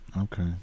okay